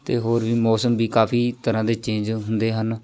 ਅਤੇ ਹੋਰ ਵੀ ਮੌਸਮ ਵੀ ਕਾਫ਼ੀ ਤਰ੍ਹਾਂ ਦੇ ਚੇਂਜ ਹੁੰਦੇ ਹਨ